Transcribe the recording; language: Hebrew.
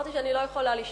אמרתי שאני לא יכולה לשתוק.